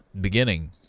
Beginning